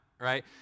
right